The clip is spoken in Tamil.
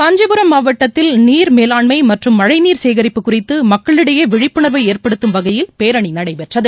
காஞ்சிபுரம் மாவட்டத்தில் நீர்மேலாண்மை மற்றும் மழைநீர் சேகரிப்பு குறித்த மக்களிடையே விழிப்புணர்வை ஏற்படுத்தும் வகையில் பேரணி நடைபெற்றது